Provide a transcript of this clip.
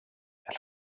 els